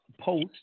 Post